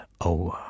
over